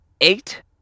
eight